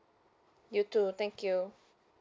you too thank you